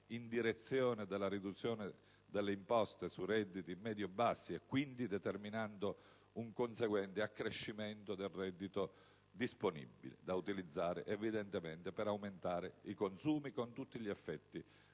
in direzione della riduzione delle imposte su redditi medio bassi e determinando, quindi, un conseguente accrescimento del reddito disponibile da utilizzare per aumentare i consumi, con tutti gli effetti conseguenti.